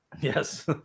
yes